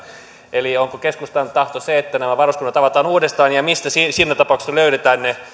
eli onko keskustan tahto se että nämä varuskunnat avataan uudestaan ja mistä siinä siinä tapauksessa löydetään ne